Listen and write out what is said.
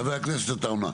חברת הכנסת, עטאונה,